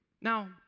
Now